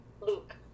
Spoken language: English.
Luke